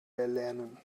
erlernen